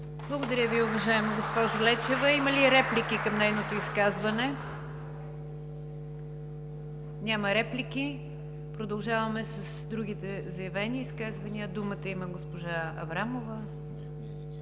Благодаря Ви, госпожо Лечева. Има ли реплики към нейното изказване? Няма реплики. Продължаваме с другите заявени изказвания. Думата има госпожа Аврамова.